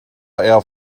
air